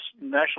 National